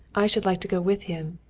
i should like to go with him,